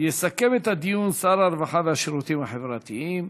יסכם את הדיון שר הרווחה והשירותים החברתיים,